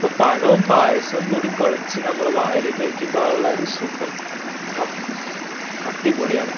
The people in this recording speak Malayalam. അപ്പോള് പഴവും പായസോം കൂടി കുഴച്ച് നമ്മള് വായിലേക്ക് വയ്ക്കുമ്പോഴുള്ളൊരു സുഖം ഹാ അടിപൊളിയാണ്